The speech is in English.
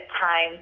time